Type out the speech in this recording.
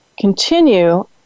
continue